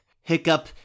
Hiccup